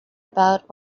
about